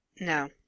No